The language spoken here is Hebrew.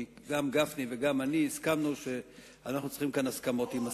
כי גם גפני וגם אני הסכמנו שאנחנו צריכים כאן הסכמות עם השר.